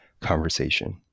conversation